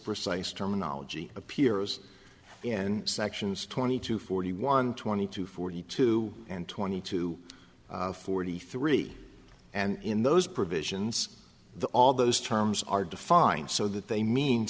precise terminology appears in sections twenty two forty one twenty two forty two and twenty two forty three and in those provisions the all those terms are defined so that they mean